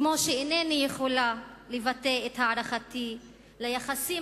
כמו שאינני יכולה לבטא את הערכתי ליחסים